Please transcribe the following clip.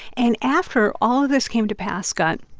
and after all of this came to pass, scott,